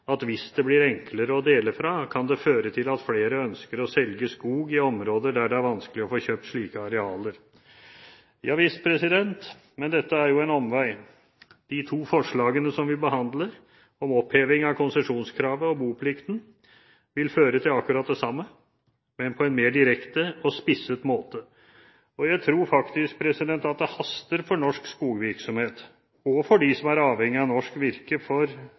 at hvis det blir enklere å dele fra, kan det føre til at flere ønsker å selge skog i områder der det er vanskelig å få kjøpt slike arealer. Ja visst – men dette er en omvei: De to forslagene vi behandler, om oppheving av konsesjonskravet og boplikten, vil føre til akkurat det samme, men på en mer direkte og spisset måte. Jeg tror faktisk at det haster for norsk skogvirksomhet og for dem som er avhengige av norsk virke, f.eks. for